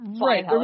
Right